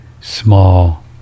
small